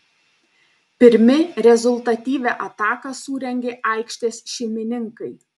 pirmi rezultatyvią ataką surengė aikštės šeimininkai